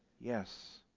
Yes